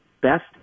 best